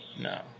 No